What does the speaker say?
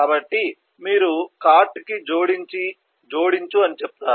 కాబట్టి మీరు కార్ట్ కి జోడించు అని చెప్తారు